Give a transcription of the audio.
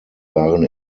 waren